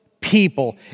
people